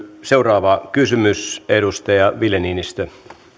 seuraava kysymys edustaja ville niinistö